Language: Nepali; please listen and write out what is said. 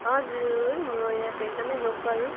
हजुर म यहाँको एकदमै लोकल